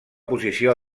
posició